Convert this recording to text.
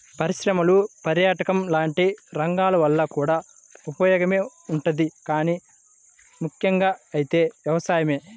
పరిశ్రమలు, పర్యాటకం లాంటి రంగాల వల్ల కూడా ఉపయోగమే ఉంటది గానీ ముక్కెంగా అయితే వ్యవసాయమే